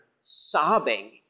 sobbing